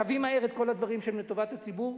תביא מהר את כל הדברים שהם לטובת הציבור.